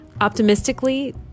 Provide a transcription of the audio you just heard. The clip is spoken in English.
optimistically